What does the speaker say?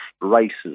races